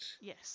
Yes